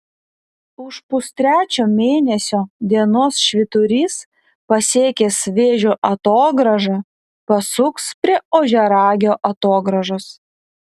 už pustrečio mėnesio dienos švyturys pasiekęs vėžio atogrąžą pasuks prie ožiaragio atogrąžos